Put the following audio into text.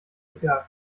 kerl